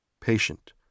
patient